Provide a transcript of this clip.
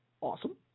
Awesome